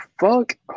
fuck